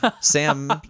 sam